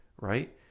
right